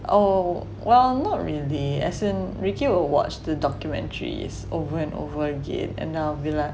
oh well not really as in ricky will watch the documentaries over and over again and I'll be like